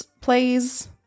please